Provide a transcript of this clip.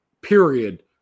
Period